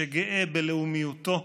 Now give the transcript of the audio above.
שגאה בלאומיותו,